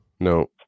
No